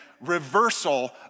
reversal